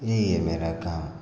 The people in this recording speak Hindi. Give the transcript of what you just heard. यही है मेरा काम